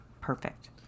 Perfect